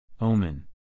Omen